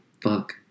fuck